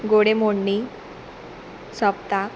गोडे मोडणी सोपताक